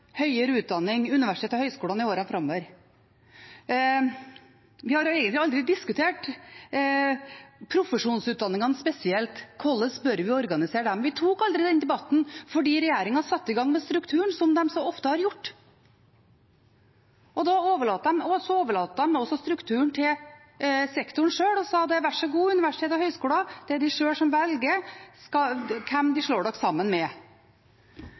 høyere utdanning, universitetene og høyskolene, i årene framover. Vi har egentlig aldri diskutert profesjonsutdanningene spesielt og hvorledes vi bør organisere dem. Vi tok aldri den debatten, fordi regjeringen satte i gang med strukturen, som de så ofte har gjort. Og så overlot de strukturen til sektoren sjøl og sa: Vær så god, universiteter og høyskoler, det er dere sjøl som velger hvem dere slår dere sammen med!